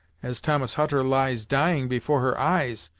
as thomas hutter lies dying before her eyes,